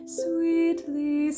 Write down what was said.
sweetly